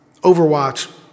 Overwatch